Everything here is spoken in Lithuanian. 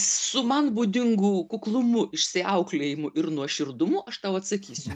su man būdingu kuklumu išsiauklėjimu ir nuoširdumu aš tau atsakysiu